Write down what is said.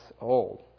old